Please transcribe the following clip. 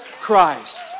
Christ